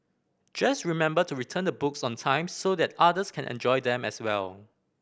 just remember to return the books on time so that others can enjoy them as well